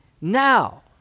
now